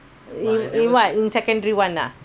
in what in secondary one ah